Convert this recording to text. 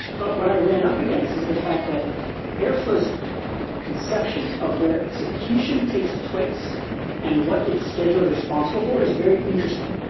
but what i ran up against is the fact that airflow's conception of where execution takes place and what it scheduler is responsible for is very interesting.